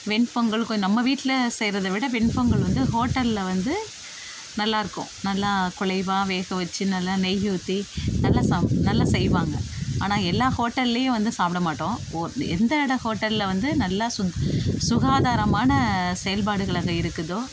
வெண்பொங்கலுக்கு நம்ம வீட்டில் செய்கிறதை விட வெண்பொங்கல் வந்து ஹோட்டலில் வந்து நல்லா இருக்கும் நல்லா குழைவா வேக வச்சி நல்லா நெய் ஊற்றி நல்லா சாப் நல்லா செய்வாங்க ஆனால் எல்லா ஹோட்டல்லேயும் வந்து சாப்பிட மாட்டோம் ஓர் எந்த இடோம் ஹோட்டலில் வந்து நல்லா சுத் சுகாதாரமான செயல்பாடுகள் அங்கே இருக்குதோ